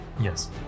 Yes